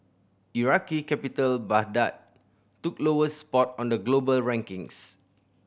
Iraqi capital Baghdad took lowest spot on the global rankings